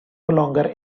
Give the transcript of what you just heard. longer